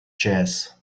jazz